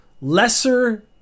lesser